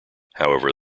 however